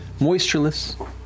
moistureless